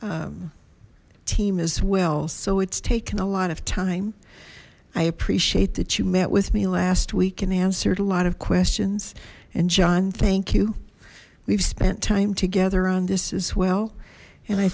team as well so it's taken a lot of time i appreciate that you met with me last week and answered a lot of questions and john thank you we've spent time together on this as well and i